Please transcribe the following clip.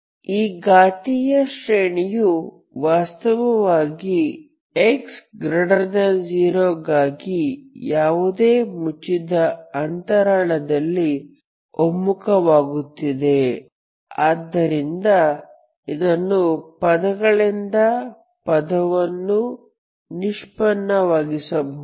ಈ ಘಾತೀಯ ಶ್ರೇಣಿಯು ವಾಸ್ತವವಾಗಿ x0 ಗಾಗಿ ಯಾವುದೇ ಮುಚ್ಚಿದ ಅಂತರಾಳದಲ್ಲಿ ಒಮ್ಮುಖವಾಗುತ್ತಿದೆ ಆದ್ದರಿಂದ ಇದನ್ನು ಪದದಿಂದ ಪದವನ್ನು ನಿಷ್ಪನ್ನವಾಗಿಸಬಹುದು